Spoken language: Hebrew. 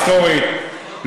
ההיסטורית,